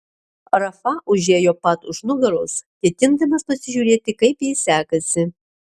rafa užėjo pat už nugaros ketindamas pasižiūrėti kaip jai sekasi